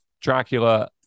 Dracula